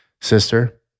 Sister